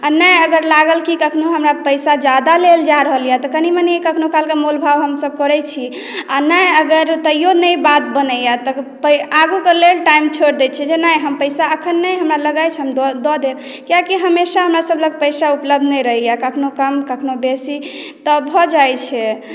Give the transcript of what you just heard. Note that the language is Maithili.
नहि अगर लागलकी कखनो हमरा पैसा जादा लेल जा रहल यऽ कियातऽ कनि कालमे हम सभ करै छी आ नहि अगर नहि तैयो नहि बात बनैया तऽ आगूके लेल टाइम छोड़ि दै छियै जे नहि पैसा अखन हमरा लग नहि अछि दऽ देब कियाकि हमेशा हमरा सभ लग पैसा उपलब्ध नहि रहैया कखनो कखनो कम कखनो बेसी तऽ भऽ जाइ छै